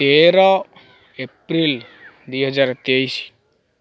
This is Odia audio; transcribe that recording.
ତେର ଏପ୍ରିଲ ଦୁଇହଜାର ତେଇଶ